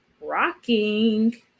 rocking